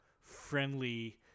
friendly